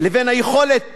לבין היכולת